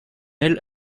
elle